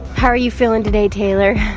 how are you feeling today taylor?